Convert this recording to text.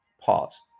pause